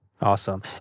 Awesome